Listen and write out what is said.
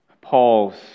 Paul's